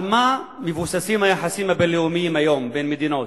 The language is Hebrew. על מה מבוססים היום היחסים הבין-לאומיים בין מדינות,